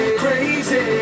crazy